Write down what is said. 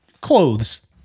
Clothes